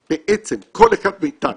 בעצם על כל אחד מאיתנו,